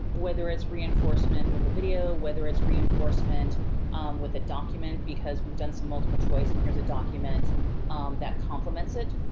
whether it's reinforcement with a video, whether it's reinforcement with a document because we've done some multiple choice and here's a document that complements it.